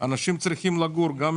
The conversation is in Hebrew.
אנשים צריכים לגור איפה שהוא.